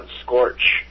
Scorch